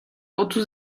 otuz